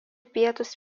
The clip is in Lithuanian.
pietus